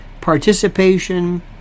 participation